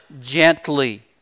gently